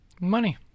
money